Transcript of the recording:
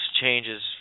changes